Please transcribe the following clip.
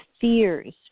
fears